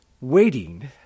Waiting